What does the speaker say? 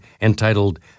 entitled